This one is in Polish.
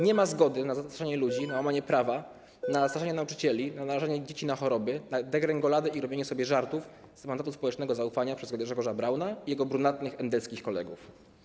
Nie ma zgody na zastraszanie ludzi, na łamanie prawa, na straszenie nauczycieli, na narażanie dzieci na choroby, na degrengoladę i robienie sobie żartów z mandatu społecznego zaufania przez Grzegorza Brauna i jego brunatnych endeckich kolegów.